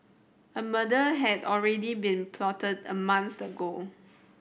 a murder had already been plotted a month ago